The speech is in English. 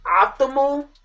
optimal